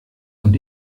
und